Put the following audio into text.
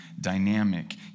dynamic